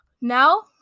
Now